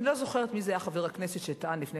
אני לא זוכרת מי היה חבר הכנסת שטען לפני